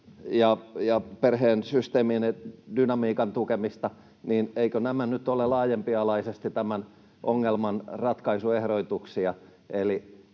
ja perheen systeemin ja dynamiikan tukemisesta, eivätkö nämä nyt ole laajempialaisesti tämän ongelman ratkaisuehdotuksia?